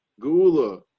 Gula